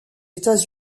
états